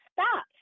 stop